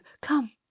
come